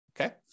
Okay